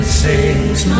sings